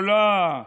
יכולה,